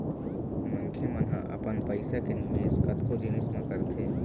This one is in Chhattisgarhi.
मनखे मन ह अपन पइसा के निवेश कतको जिनिस म करथे